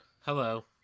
Hello